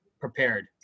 prepared